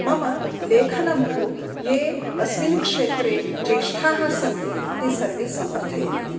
मम लेखनं तु ये अस्मिन् क्षेत्रे ज्येष्ठाः सन्ति ते सर्वे समर्थयन्ति